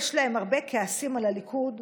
יש להם הרבה כעסים על הליכוד,